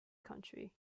country